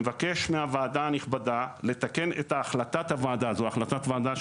הריני מבקש מהוועדה הנכבדה לתקן את החלטת הוועדה זו החלטת ועדה